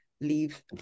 leave